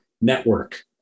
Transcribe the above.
network